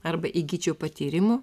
arba įgyčiau patyrimų